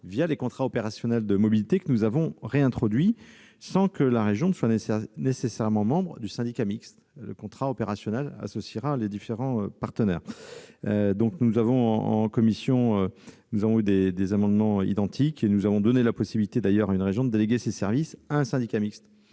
les contrats opérationnels de mobilité, que nous avons réintroduits, sans que la région soit nécessairement membre du syndicat mixte. Le contrat opérationnel associera les différents partenaires. En commission, nous avons examiné des amendements identiques. Nous avons donné la possibilité à une région de déléguer ses services à un syndicat mixte.